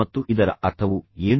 ಮತ್ತು ಇದರ ಅರ್ಥವು ಏನು